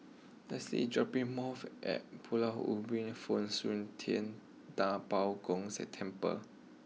Lesley dropping more off at Pulau Ubin Fo Ting Da Bo Gong Temple